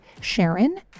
SHARON